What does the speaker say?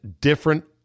different